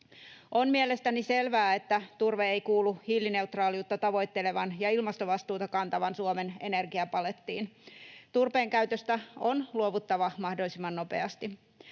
On mielestäni selvää, että turve ei kuulu hiilineutraaliutta tavoittelevan ja ilmastovastuuta kantavan Suomen energiapalettiin. Turpeen käytöstä on luovuttava mahdollisimman nopeasti.